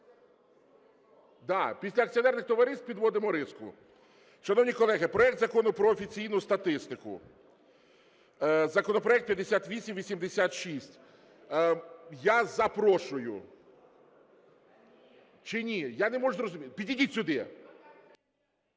Після акціонерних товариств підводимо риску. Шановні колеги, проект Закону про офіційну статистику. Законопроект 5886. Я запрошую... Чи ні? Я не можу зрозуміти. Підійдіть сюди.